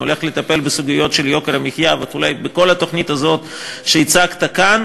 אני הולך לטפל בסוגיות של יוקר המחיה וכו' בכל התוכנית הזאת שהצגת כאן